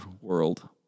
world